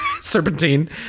serpentine